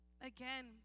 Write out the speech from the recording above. again